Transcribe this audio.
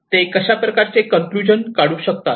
ते कशाप्रकारचे कन्क्लूजन काढू शकतो